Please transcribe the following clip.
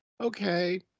Okay